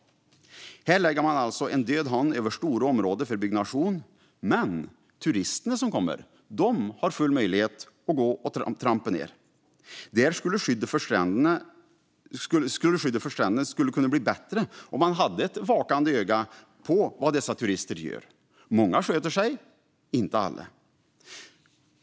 Här lägger man alltså en död hand över stora områden för byggnation. Men turisterna som kommer har full möjlighet att gå där och trampa ned. Där skulle skyddet för stränderna kunna bli bättre om man hade ett vakande öga på vad dessa turister gör. Många sköter sig, men inte alla.